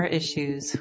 issues